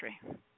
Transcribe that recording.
country